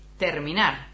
Terminar